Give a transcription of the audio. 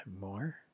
more